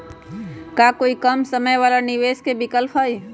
का कोई कम समय वाला निवेस के विकल्प हई?